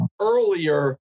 earlier